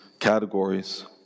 categories